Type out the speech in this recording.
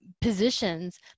positions